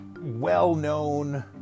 well-known